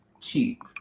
cheap